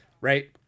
Right